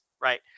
right